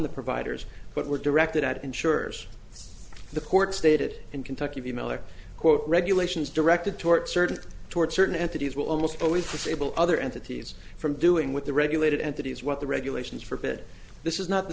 the providers but were directed at insurers the court stated in kentucky miller quote regulations directed toward certain toward certain entities will almost always perceivable other entities from doing what the regulated entity is what the regulations forbid this is not the